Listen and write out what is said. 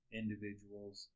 individuals